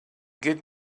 get